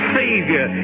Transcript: savior